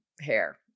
hair